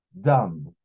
dumb